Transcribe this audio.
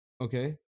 Okay